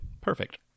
perfect